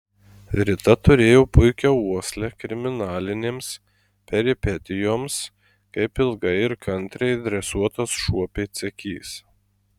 rita turėjo puikią uoslę kriminalinėms peripetijoms kaip ilgai ir kantriai dresuotas šuo pėdsekys